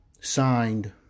signed